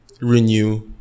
renew